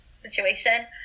situation